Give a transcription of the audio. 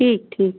ठीक ठीक